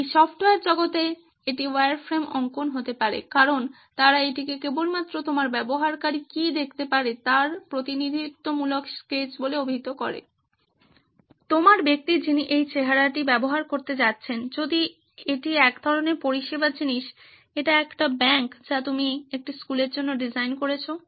এই সফ্টওয়্যার জগতে এটি ওয়্যারফ্রেম অঙ্কন হতে পারে কারণ তারা এটিকে কেবলমাত্র তোমার ব্যবহারকারী কী দেখতে পারে তার প্রতিনিধিত্বমূলক স্কেচ বলে অভিহিত করে তোমার ব্যক্তি যিনি এই চেহারাটি ব্যবহার করতে যাচ্ছেন যদি এটি এক ধরণের পরিষেবা জিনিস এটি একটি ব্যাংক যা তুমি একটি স্কুলের জন্য ডিজাইন করছো